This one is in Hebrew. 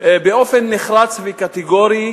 באופן נחרץ וקטגורי,